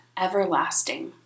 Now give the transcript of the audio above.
everlasting